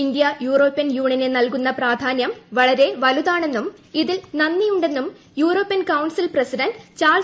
India European യൂണിന് നല്കുന്ന പ്രാധാനൃം വളരെ വലുതാണെന്നും ഇതിൽ നന്ദിയുണ്ടെന്നും European council president Charles Michel പറഞ്ഞു